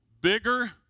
bigger